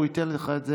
הוא ייתן לך את זה,